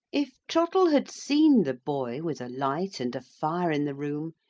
if trottle had seen the boy, with a light and a fire in the room,